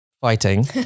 fighting